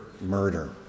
murder